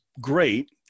great